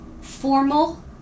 formal